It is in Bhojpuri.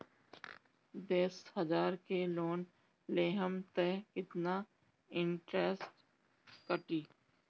दस हजार के लोन लेहम त कितना इनट्रेस कटी?